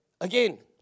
Again